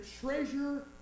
treasure